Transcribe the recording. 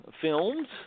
films